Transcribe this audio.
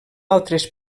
altres